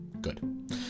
Good